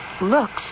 looks